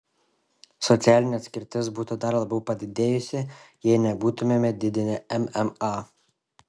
socialinė atskirtis būtų dar labiau padidėjusi jei nebūtumėme didinę mma